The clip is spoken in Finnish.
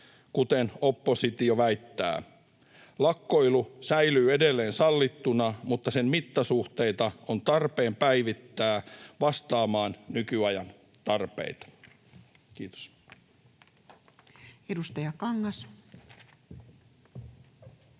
kuten oppositio väittää. Lakkoilu säilyy edelleen sallittuna, mutta sen mittasuhteita on tarpeen päivittää vastaamaan nykyajan tarpeita. — Kiitos.